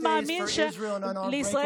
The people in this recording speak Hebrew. אני מאמין שהימים הטובים של ישראל ושל